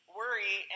worry